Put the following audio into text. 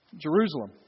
Jerusalem